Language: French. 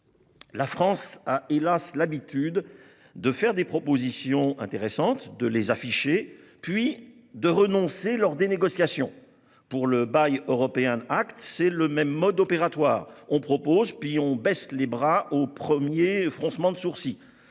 La France a malheureusement l'habitude de faire des propositions intéressantes, de les afficher, puis de renoncer lors des négociations. Pour le, elle a appliqué le même mode opératoire : on propose, puis on baisse les bras au premier froncement de sourcils.